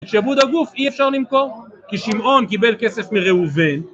שעבוד הגוף אי אפשר למכור, כי שמעון קיבל כסף מראובן